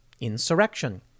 insurrection